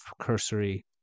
cursory